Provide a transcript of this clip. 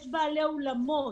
יש בעלי אולמות